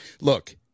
Look